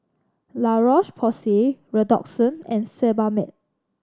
La Roche Porsay Redoxon and Sebamed